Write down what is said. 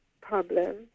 problem